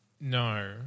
No